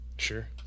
Sure